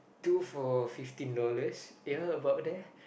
two for fifteen dollars ya about there